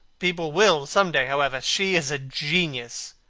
people will some day, however. she is a genius.